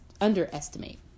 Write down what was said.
underestimate